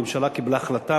הממשלה קיבלה החלטה,